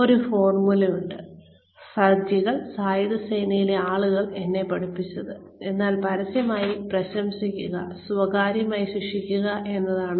ഒരു ഫോർമുല ഉണ്ട് ഫൌജികൾ സായുധ സേനയിലെ ആളുകൾ എന്നെ പഠിപ്പിച്ചത് എന്തെന്നാൽ പരസ്യമായി പ്രശംസിക്കുക സ്വകാര്യമായി ശിക്ഷിക്കുക എന്നതാണ്